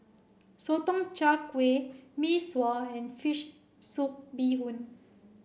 Sotong Char Kway Mee Sua and fish soup bee hoon